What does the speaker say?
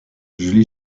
julie